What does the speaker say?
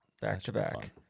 back-to-back